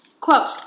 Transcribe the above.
Quote